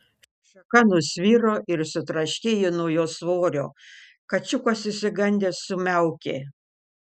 šaka nusviro ir sutraškėjo nuo jo svorio kačiukas išsigandęs sumiaukė